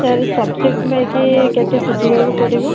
sir subsidies ନେଇକି କେତେ ସୁଝିବାକୁ ପଡ଼ିବ